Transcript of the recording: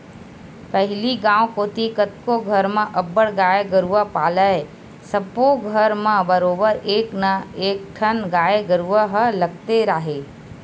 पहिली गांव कोती कतको घर म अब्बड़ गाय गरूवा पालय सब्बो घर म बरोबर एक ना एकठन गाय गरुवा ह लगते राहय